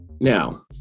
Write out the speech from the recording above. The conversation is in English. Now